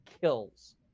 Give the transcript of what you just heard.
kills